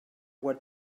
what